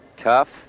tough.